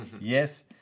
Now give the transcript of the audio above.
Yes